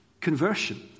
conversion